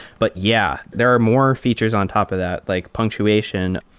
but yeah, there are more features on top of that, like punctuation.